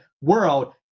world